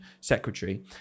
secretary